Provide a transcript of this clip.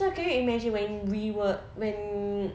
so can you imagine when we were when